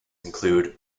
include